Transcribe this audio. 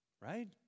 Right